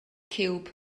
ciwb